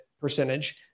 percentage